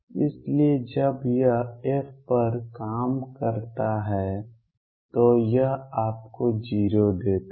इसलिए जब यह f पर काम करता है तो यह आपको 0 देता है